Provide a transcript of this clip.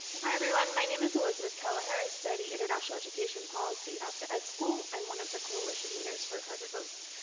hi, everyone. my name is elizabeth kelleher. i study international education policy at the ed school. i'm one of the coalition leaders for harvard votes.